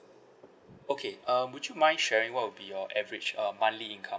okay um would you mind sharing what will be your average uh monthly income